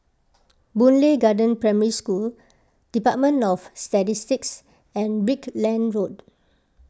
Boon Lay Garden Primary School Department of Statistics and Brickland Road